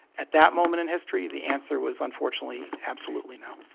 at that moment in history, the answer was, unfortunately, absolutely no